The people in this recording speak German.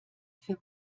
für